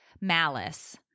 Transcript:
malice